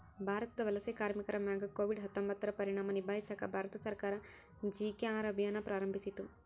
ಭಾರತದ ವಲಸೆ ಕಾರ್ಮಿಕರ ಮ್ಯಾಗ ಕೋವಿಡ್ ಹತ್ತೊಂಬತ್ತುರ ಪರಿಣಾಮ ನಿಭಾಯಿಸಾಕ ಭಾರತ ಸರ್ಕಾರ ಜಿ.ಕೆ.ಆರ್ ಅಭಿಯಾನ್ ಪ್ರಾರಂಭಿಸಿತು